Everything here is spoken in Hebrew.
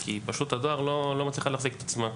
כי פשוט הדואר לא מצליח להחזיק את עצמו.